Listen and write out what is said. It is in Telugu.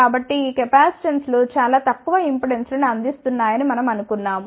కాబట్టి ఈ కెపాసిటెన్సులు చాలా తక్కువ ఇంపెడెన్స్లను అందిస్తున్నాయని మనం అనుకున్నాము